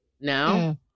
now